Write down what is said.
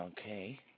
Okay